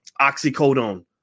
oxycodone